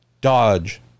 Dodge